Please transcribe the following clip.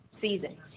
season